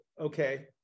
okay